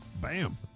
Bam